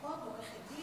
אחות, עורכת דין,